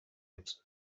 its